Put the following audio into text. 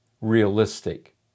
realistic